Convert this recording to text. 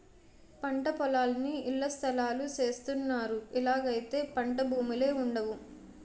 పంటపొలాలన్నీ ఇళ్లస్థలాలు సేసస్తన్నారు ఇలాగైతే పంటభూములే వుండవు